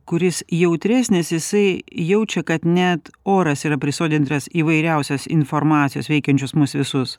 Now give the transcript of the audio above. kuris jautresnis jisai jaučia kad net oras yra prisotintas įvairiausios informacijos veikiančius mus visus